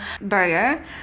burger